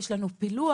יש לנו פילוח?